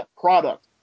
product